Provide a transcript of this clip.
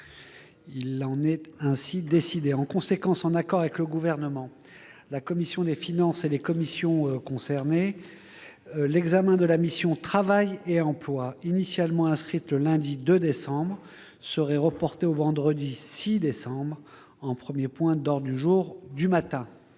Il en est ainsi décidé. En conséquence, en accord avec le Gouvernement, la commission des finances et les commissions concernées, l'examen de la mission « Travail et emploi », initialement inscrite le lundi 2 décembre, serait reporté au vendredi 6 décembre, en premier point de l'ordre du jour du matin.